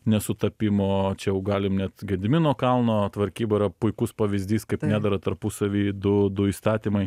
nesutapimo čia jau galim net gedimino kalno tvarkyba yra puikus pavyzdys kaip nedera tarpusavy du du įstatymai